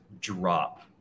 drop